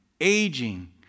aging